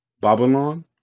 Babylon